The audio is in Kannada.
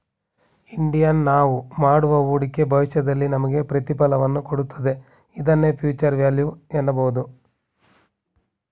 ಇಂಡಿಯನ್ ನಾವು ಮಾಡುವ ಹೂಡಿಕೆ ಭವಿಷ್ಯದಲ್ಲಿ ನಮಗೆ ಪ್ರತಿಫಲವನ್ನು ಕೊಡುತ್ತದೆ ಇದನ್ನೇ ಫ್ಯೂಚರ್ ವ್ಯಾಲ್ಯೂ ಎನ್ನಬಹುದು